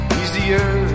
easier